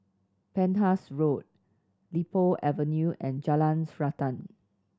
Penhas Road Li Po Avenue and Jalan Srantan